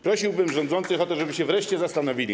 Prosiłbym rządzących o to, żeby się wreszcie nad tym zastanowili.